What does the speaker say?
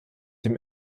dem